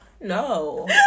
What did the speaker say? no